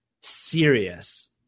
serious